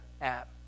app